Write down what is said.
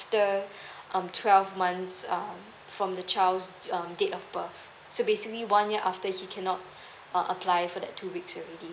the um twelve months um from the child's um date of birth so basically one year after he cannot uh apply for that two weeks already